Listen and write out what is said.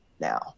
now